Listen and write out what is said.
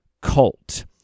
cult